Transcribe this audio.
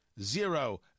zero